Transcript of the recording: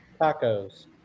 Tacos